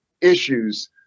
issues